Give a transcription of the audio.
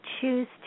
choose